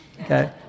okay